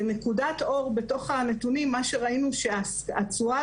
נקודת אור בתוך הנתונים מה שראינו הוא זה שהתשואה